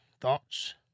Thoughts